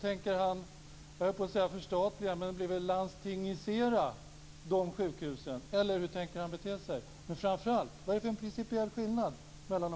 Tänker han "landstingifiera" de sjukhusen? Vad är det för principiell skillnad?